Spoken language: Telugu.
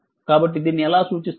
కాబట్టి దీన్ని ఎలా సూచిస్తారు